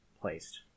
placed